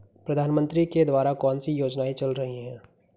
प्रधानमंत्री के द्वारा कौनसी योजनाएँ चल रही हैं?